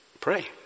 Pray